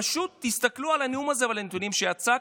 פשוט תסתכלו על הנאום הזה ועל הנתונים שהצגתי,